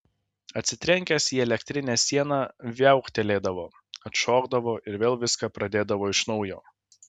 atsitrenkęs į elektrinę sieną viauktelėdavo atšokdavo ir vėl viską pradėdavo iš naujo